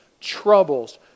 troubles